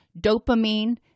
dopamine